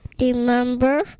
Remember